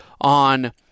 on –